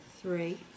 three